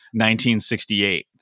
1968